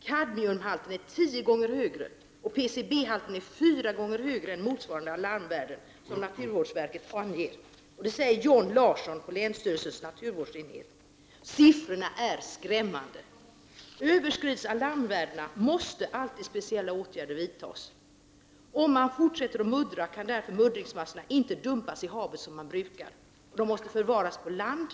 Kadmiumhalten är 10 gånger högre, och PCB-halten är 4 gånger högre än de alarmvärden som naturvårdsverket anger. Så säger John Larsson på länsstyrelsens naturvårdsenhet. Siffrorna är skrämmande! Överskrids alarmvärdena måste alltid speciella åtgärder vidtas. Vid en fortsatt muddring kan muddringsmassorna inte dumpas i havet, vilket är brukligt. De måste därför förvaras på land.